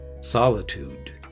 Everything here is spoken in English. solitude